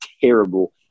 terrible